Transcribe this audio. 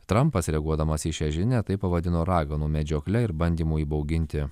trampas reaguodamas į šią žinią tai pavadino raganų medžiokle ir bandymu įbauginti